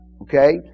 Okay